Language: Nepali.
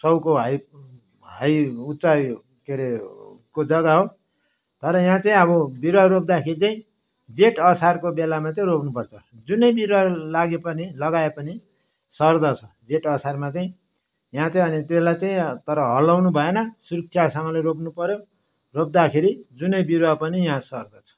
सयको हाइट हाई उचाइ के रे को जग्गा हो तर यहाँ चाहिँ अब बिरुवा रोप्दाखेरि चाहिँ जेठ असारको बेलामा चाहिँ रोप्नु पर्छ जुनै बिरुवा लागे पनि लगाए पनि सर्दछ जेठ असारमा चाहिँ यहाँ चाहिँ अनि त्यसलाई चाहिँ तर हल्लाउनु भएन सुरक्षासँगले रोप्नु पर्यो रोप्दाखेरि जुनै बिरुवा पनि यहाँ सर्दछ